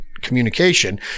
communication